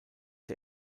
der